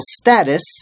status